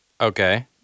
Okay